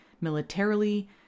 militarily